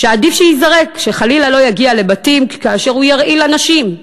שעדיף שייזרק, שחלילה לא יגיע לבתים וירעיל אנשים.